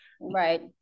right